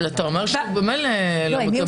--- אתה אומר שהוא ממילא לא מקבל.